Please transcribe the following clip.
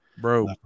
bro